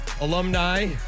alumni